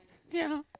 ya